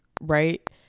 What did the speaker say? right